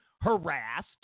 harassed